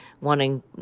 wanting